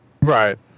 Right